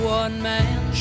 one-man